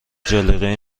جلیقه